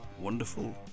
wonderful